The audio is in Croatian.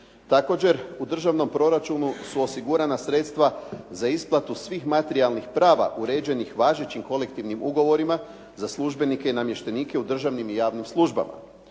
Također u državnom proračunu su osigurana sredstva za isplatu svih materijalnih prava uređenih važećim kolektivnim ugovorima za službenike i namještenike u državnim i javnim službama.